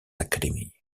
academy